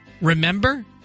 Remember